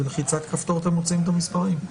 בלחיצת כפתור אתם מוציאים את המספרים.